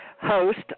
host